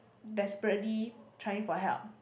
desperately trying for help